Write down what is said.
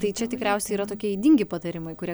tai čia tikriausiai yra tokie ydingi patarimai kurie